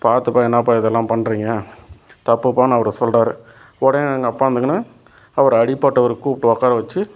பார்த்துப்பா என்னாப்பா இதெல்லாம் பண்ணுறிங்க தப்புப்பான்னு அவர் சொல்கிறாரு உடனே எங்கப்பா வந்துக்கினு அவர் அடிப்பட்டவரை கூப்பிட்டு உட்கார வச்சு